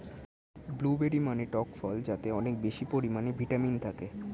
blueberry মানে টক ফল যাতে অনেক বেশি পরিমাণে ভিটামিন থাকে